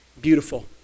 beautiful